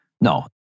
No